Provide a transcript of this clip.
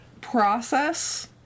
process